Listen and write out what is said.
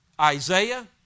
Isaiah